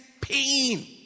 pain